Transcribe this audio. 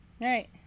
Right